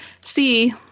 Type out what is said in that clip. see